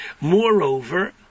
Moreover